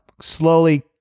slowly